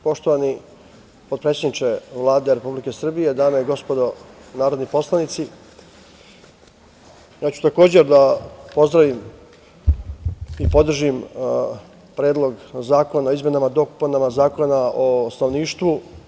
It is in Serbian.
Poštovani potpredsedniče Vlade Republike Srbije, dame i gospodo narodni poslanici, ja ću takođe da pozdravim i podržim Predlog zakona i izmenama i dopunama Zakona o stanovništvu.